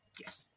Yes